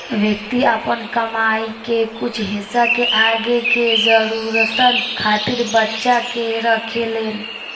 व्यक्ति आपन कमाई के कुछ हिस्सा के आगे के जरूरतन खातिर बचा के रखेलेन